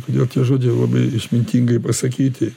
kodėl tie žodžiai labai išmintingai pasakyti